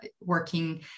working